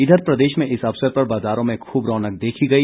इधर प्रदेश में इस अवसर पर बाजारों में खूब रौनक देखी गई